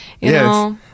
Yes